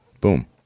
Boom